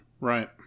Right